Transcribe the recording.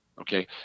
okay